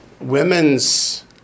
women's